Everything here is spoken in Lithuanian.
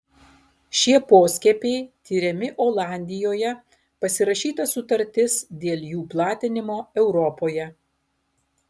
šie poskiepiai tiriami olandijoje pasirašyta sutartis dėl jų platinimo europoje